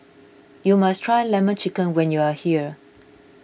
you must try Lemon Chicken when you are here